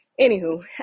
anywho